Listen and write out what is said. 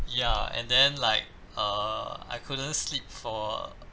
ya and then like err I couldn't sleep for